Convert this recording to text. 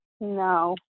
No